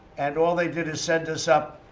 and all they did is send us up